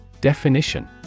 Definition